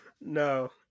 No